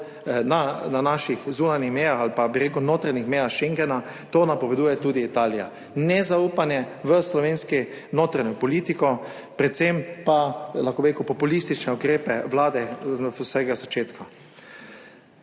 na naših zunanjih mejah oziroma na notranjih mejah schengna, to napoveduje tudi Italija. Nezaupanje v slovensko notranjo politiko, predvsem pa, lahko bi rekel, v populistične ukrepe vlade od vsega začetka.